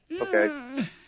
Okay